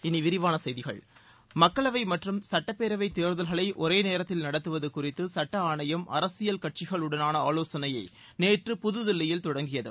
இனி விரிவான செய்திகள் மக்களவை மற்றும் சட்டப்பேரவை தேர்தல்களை ஒரே நேரத்தில் நடத்துவது குறித்து சட்ட ஆணையம் அரசியல் கட்சிகளுடனான ஆலோசனையை நேற்று புதுதில்லியில் தொடங்கியது